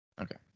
Okay